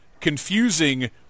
confusing